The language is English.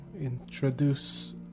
introduce